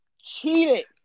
cheated